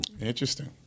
Interesting